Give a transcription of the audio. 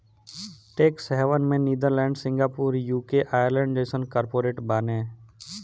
tax haven में Netherlands, Singapore, UK, Ireland जइसन corporate बाने